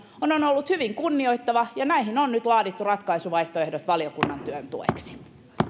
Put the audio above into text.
on on ollut hyvin kunnioittava ja näihin on nyt laadittu ratkaisuvaihtoehdot valiokunnan työn tueksi